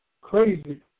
crazy